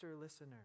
listener